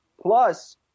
plus –